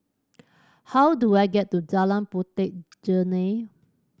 how do I get to Jalan Puteh Jerneh